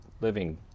living